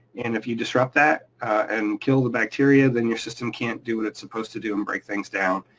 and if you disrupt that and kill the bacteria, then your system can't do what it's supposed to do and break things down.